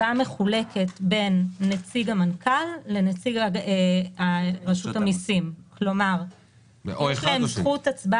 להמליץ לשרים בדבר שינוי טבעת החיוב לפי סעיף 5,